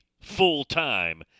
full-time